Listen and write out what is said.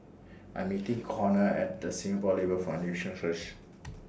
I'm meeting Conner At The Singapore Labour Foundation First